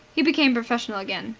he became professional again.